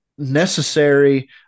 necessary